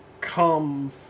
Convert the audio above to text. come